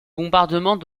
bombardement